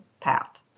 path